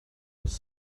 was